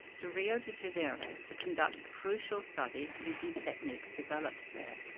to rio de janeiro to conduct a crucial study using techniques developed there.